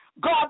God